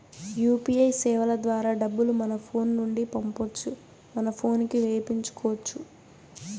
UPI సేవల ద్వారా డబ్బులు మన ఫోను నుండి పంపొచ్చు మన పోనుకి వేపించుకొచ్చు